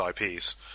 IPs